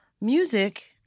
Music